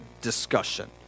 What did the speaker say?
discussion